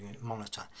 monitor